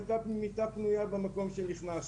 הייתה מיטה פנויה למקום שנכנסתי.